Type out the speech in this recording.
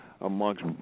amongst